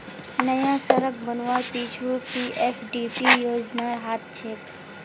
नया सड़क बनवार पीछू पीएफडीपी योजनार हाथ छेक